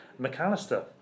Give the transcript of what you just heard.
McAllister